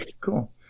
cool